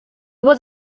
was